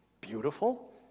beautiful